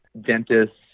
dentists